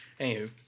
Anywho